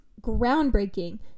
groundbreaking